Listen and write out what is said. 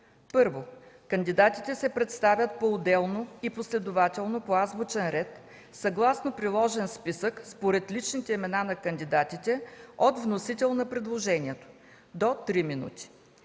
1. Кандидатите се представят поотделно и последователно по азбучен ред, съгласно приложен списък според личните имена на кандидатите от вносител на предложението – до три минути.